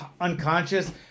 unconscious